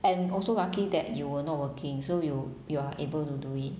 and also lucky that you were not working so you you are able to do it